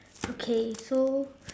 okay so